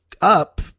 up